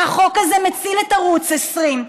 החוק הזה מציל את ערוץ 20,